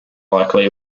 likely